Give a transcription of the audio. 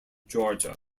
georgia